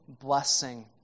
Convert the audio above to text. blessing